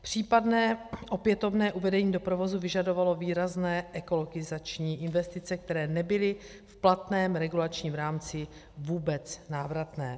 Případné opětovné uvedení do provozu vyžadovalo výrazné ekologizační investice, které nebyly v platném regulačním rámci vůbec návratné.